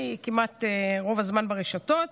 רוב הזמן אני ברשתות.